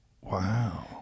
Wow